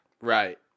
Right